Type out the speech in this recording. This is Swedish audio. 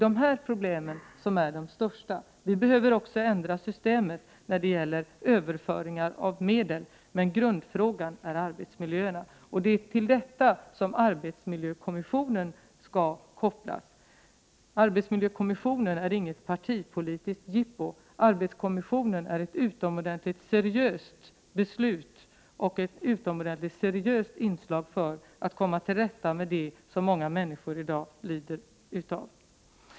De här problemen är de största. Vi behöver också ändra systemet för överföring av medel, men grundproblemet är arbetsmiljöerna. Till detta skall arbetsmiljökommissionen kopplas. Arbetsmiljökommissionen är inget partipolitiskt jippo utan resultat av ett utomordentligt seriöst beslut och ett utomordentligt seriöst inslag för att komma till rätta med det som många människor i dag lider av.